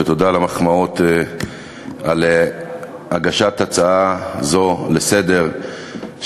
ותודה על המחמאות על הגשת הצעה זו לסדר-היום,